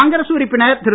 காங்கிரஸ் உறுப்பினர் திரு